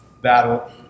battle